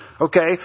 okay